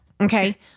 Okay